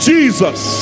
Jesus